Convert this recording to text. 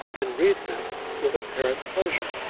and read them with apparent pleasure.